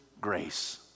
grace